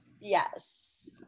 yes